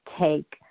take